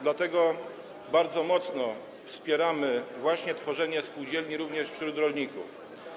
Dlatego bardzo mocno wspieramy właśnie tworzenie spółdzielni, również przez rolników.